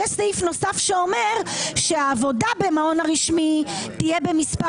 יש סעיף נוסף שאומר שהעבודה במעון הרשמי תהיה במספר